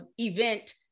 event